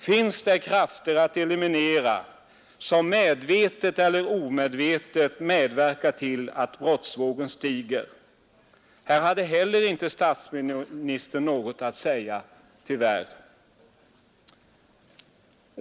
Finns det krafter att eliminera som medvetet eller omedvetet medverkar till att brottsvågen stiger? Inte heller här hade statsministern något att säga, tyvärr.